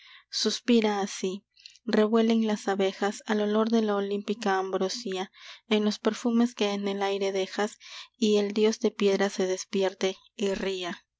suspira así revuelen las abejas al olor de la olímpica ambrosía en los perfumes que en el aire dejas y el dios de piedra se despierte y ría